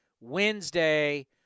Wednesday